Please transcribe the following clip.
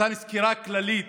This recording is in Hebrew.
נתן סקירה כללית